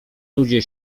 ludzie